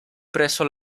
presso